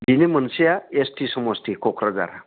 बेनि मोनसेया S T समस्ति क'क्राझार